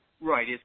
Right